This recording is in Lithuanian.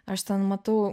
aš ten matau